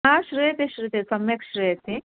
हा श्रूयते श्रूयते सम्यक् श्रूयते